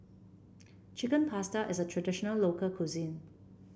Chicken Pasta is a traditional local cuisine